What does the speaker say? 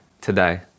today